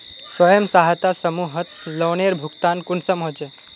स्वयं सहायता समूहत लोनेर भुगतान कुंसम होचे?